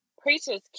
preacher's